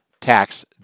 tax